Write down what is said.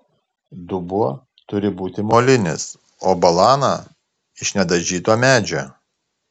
dubuo turi būti molinis o balana iš nedažyto medžio